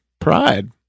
pride